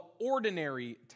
Ordinary